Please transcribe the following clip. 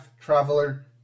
Traveler